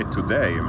today